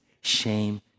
shame